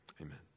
amen